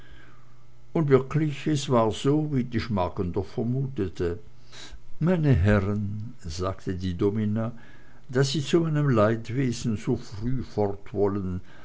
und wirklich es war so wie die schmargendorf vermutete meine herren sagte die domina da sie zu meinem leidwesen so früh fortwollen